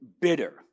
bitter